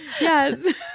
Yes